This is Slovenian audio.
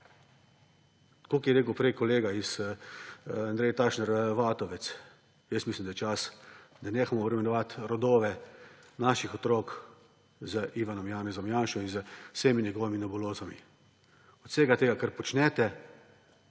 Tako kot je rekel prej kolega Matej Tašner Vatovec – mislim, da je čas, da nehamo obremenjevati rodove naših otrok z Ivanom Janezom Janšo in z vsemi njegovimi nebulozami. Od vsega tega, kar počnete,